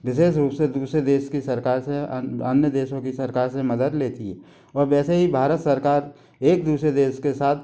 विशेष रूप से दूसरे देश की सरकार से अन्य देशों की सरकार से मदद लेती है और वैसे ही भारत सरकार एक दूसरे देश के साथ